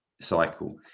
cycle